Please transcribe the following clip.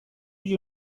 you